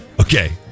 Okay